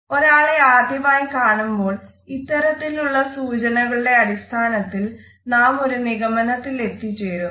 ഒരാളെ ആദ്യമായി കാണുമ്പോൾ ഇത്തരത്തിലുള്ള സൂചനകളുടെ അടിസ്ഥാനത്തിൽ നാം ഒരു നിഗമനത്തിൽ എത്തിചേരുന്നു